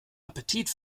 appetit